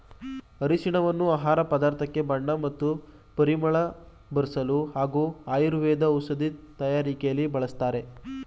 ಅರಿಶಿನವನ್ನು ಆಹಾರ ಪದಾರ್ಥಕ್ಕೆ ಬಣ್ಣ ಮತ್ತು ಪರಿಮಳ ಬರ್ಸಲು ಹಾಗೂ ಆಯುರ್ವೇದ ಔಷಧಿ ತಯಾರಕೆಲಿ ಬಳಸ್ತಾರೆ